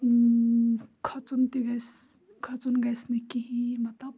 کھۄژُن تہِ گَژھِ کھۄژُن گژھِ نہٕ کِہیٖنۍ مطلب